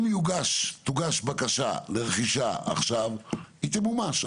אם תוגש בקשה לרכישה עכשיו, היא תמומש.